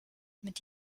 mit